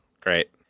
great